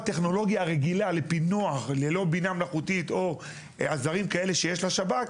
בטכנולוגיה הרגילה לפענוח ללא בינה מלאכותית או עזרים כאלה שיש לשב"כ,